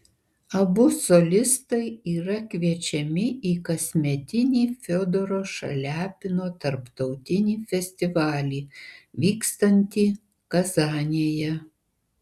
abu solistai yra kviečiami į kasmetinį fiodoro šaliapino tarptautinį festivalį vykstantį kazanėje